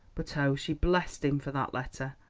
but oh, she blessed him for that letter.